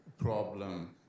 problem